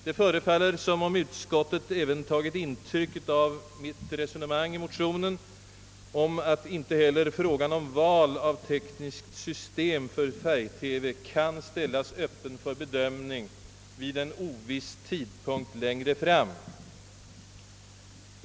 Det förefaller nu som om utskottet verkligen tagit intryck av mitt resonemang i motionen om att inte heller frågan om val av tekniskt system för färg TV kan ställas öppen för bedömning vid en oviss tidpunkt längre fram.